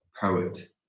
poet